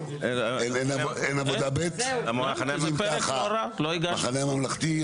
המחנה הממלכתי?